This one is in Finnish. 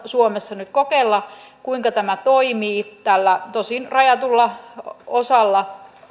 suomessa nyt kokeilla kuinka tämä toimii tosin rajatulla osalla